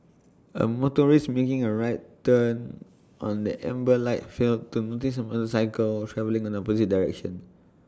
A motorist making A right turn on an amber light failed to notice A motorcycle travelling in the opposite direction